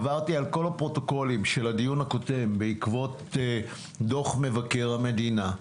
עברתי על כל הפרוטוקולים של הדיון הקודם בעקבות דוח מבקר המדינה.